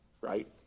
Right